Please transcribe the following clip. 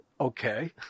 okay